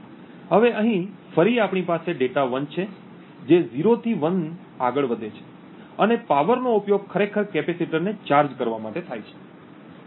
હવે અહીં ફરી આપણી પાસે ડેટા 1 છે જે 0 થી 1 આગળ વધે છે અને પાવરનો ઉપયોગ ખરેખર કેપેસિટરને ચાર્જ કરવા માટે થાય છે